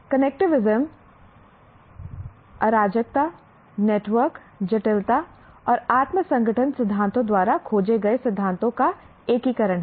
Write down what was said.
connectivism अराजकता network जटिलता और आत्म संगठन सिद्धांतों द्वारा खोजे गए सिद्धांतों का एकीकरण है